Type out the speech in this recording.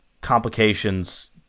Complications